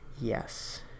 yes